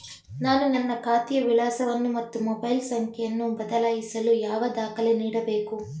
ನಾನು ನನ್ನ ಖಾತೆಯ ವಿಳಾಸವನ್ನು ಮತ್ತು ಮೊಬೈಲ್ ಸಂಖ್ಯೆಯನ್ನು ಬದಲಾಯಿಸಲು ಯಾವ ದಾಖಲೆ ನೀಡಬೇಕು?